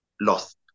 lost